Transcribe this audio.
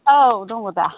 औ दङ दा